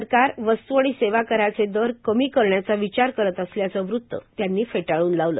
सरकार वस्तू आणि सेवा कराचे दर कमी करण्याचा विचार करत असल्याचं वृत्त त्यांनी फेटाळून लावलं